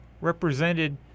represented